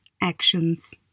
actions